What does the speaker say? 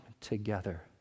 together